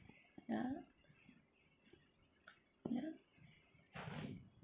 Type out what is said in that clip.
ya ya